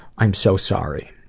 i'm so sorry.